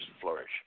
flourish